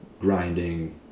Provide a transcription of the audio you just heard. grinding